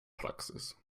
praxis